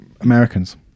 Americans